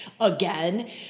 again